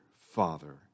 Father